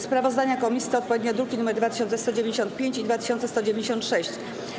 Sprawozdania komisji to odpowiednio druki nr 2195 i 2196.